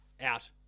out